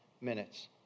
minutes